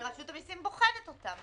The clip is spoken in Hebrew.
ורשות המיסים בוחנת אותם, נכון?